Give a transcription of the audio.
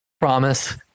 promise